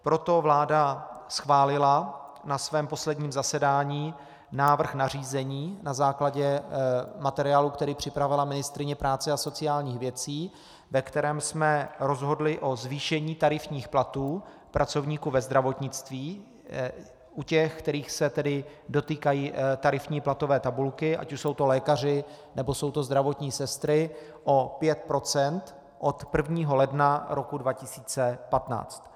Proto vláda schválila na svém posledním zasedání návrh nařízení na základě materiálu, který připravila ministryně práce a sociálních věcí, ve kterém jsme rozhodli o zvýšení tarifních platů pracovníků ve zdravotnictví, u těch, kterých se tedy dotýkají tarifní platové tabulky, ať už jsou to lékaři, nebo jsou to zdravotní sestry, o 5 % od 1. ledna roku 2015.